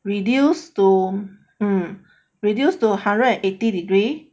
reduce to mm reduce to hundred and eighty degree